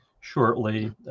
shortly